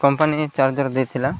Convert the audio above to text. company charger ଦେଇଥିଲା